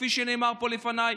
כפי שנאמר פה לפניי,